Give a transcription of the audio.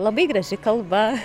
labai graži kalba